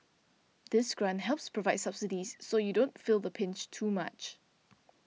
this grant helps provide subsidies so you don't feel the pinch too much